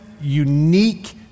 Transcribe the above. unique